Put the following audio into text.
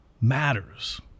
matters